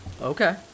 Okay